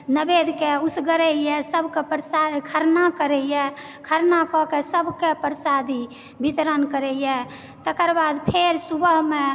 नैवेद्यके उसगरयऽ सभकऽ प्रसाद खरना करयए खरना कएकऽ सभकेँ प्रसादी वितरण करइए तकर बाद फेर सुबहमे